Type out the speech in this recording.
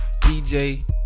DJ